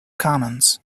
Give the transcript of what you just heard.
commons